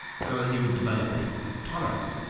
so that he would develop a tolerance.